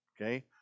Okay